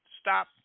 stop